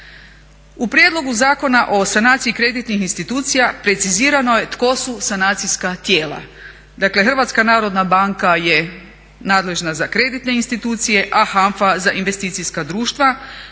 U prijedlogu Zakona o sanaciji kreditnih institucija precizirano je tko su sanacijska tijela. Dakle, HNB je nadležna za kreditne institucije a HANFA za investicijska društva